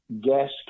gas